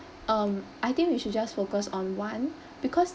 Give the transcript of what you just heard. um I think we should just focus on one because